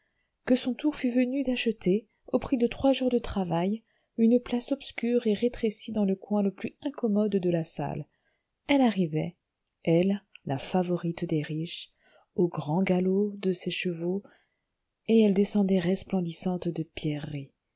que son tour fût venu d'acheter au prix de trois jours de travail une place obscure et rétrécie dans le coin le plus incommode de la salle elle arrivait elle la favorite des riches au grand galop de ses chevaux et elle descendait resplendissante de pierreries